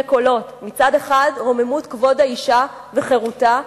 קולות: מצד אחד רוממות כבוד האשה וחירותה,